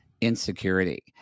insecurity